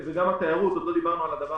זה גם התיירות, עוד לא דיברנו על הדבר